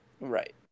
right